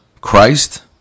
Christ